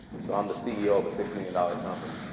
so i'm the ceo of a six million dollars company.